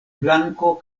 blanko